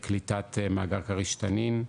לקליטת מאגר כריש ותנין,